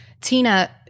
Tina